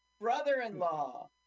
brother-in-law